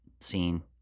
scene